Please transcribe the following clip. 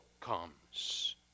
comes